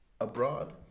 abroad